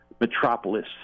Metropolis